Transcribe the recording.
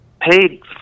paid